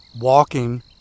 walking